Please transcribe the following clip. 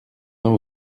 uns